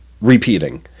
repeating